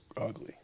ugly